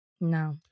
No